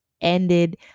ended